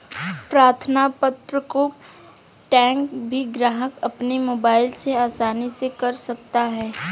प्रार्थना पत्र को ट्रैक भी ग्राहक अपने मोबाइल से आसानी से कर सकता है